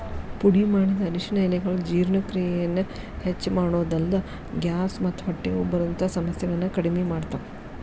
ಪುಡಿಮಾಡಿದ ಅರಿಶಿನ ಎಲೆಗಳು ಜೇರ್ಣಕ್ರಿಯೆಯನ್ನ ಹೆಚ್ಚಮಾಡೋದಲ್ದ, ಗ್ಯಾಸ್ ಮತ್ತ ಹೊಟ್ಟೆ ಉಬ್ಬರದಂತ ಸಮಸ್ಯೆಗಳನ್ನ ಕಡಿಮಿ ಮಾಡ್ತಾವ